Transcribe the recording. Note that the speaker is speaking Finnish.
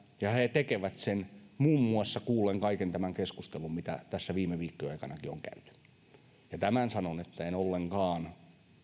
ja he tekevät sen muun muassa kuullen kaiken tämän keskustelun mitä tässä viime viikkojenkin aikana on käyty ja tämän sanon että en ollenkaan